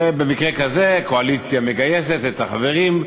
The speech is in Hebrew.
ובמקרה כזה הקואליציה מגייסת את החברים,